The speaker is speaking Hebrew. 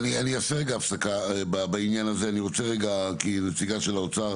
אני אעשה הפסקה בעניין הזה, כי הנציגה של האוצר,